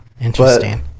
Interesting